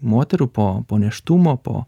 moterų po nėštumo po